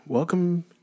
Welcome